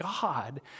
God